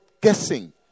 guessing